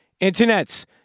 Internets